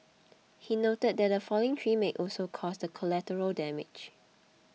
he noted that a falling tree may also caused collateral damage